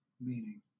meaning